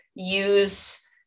use